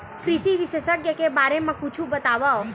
कृषि विशेषज्ञ के बारे मा कुछु बतावव?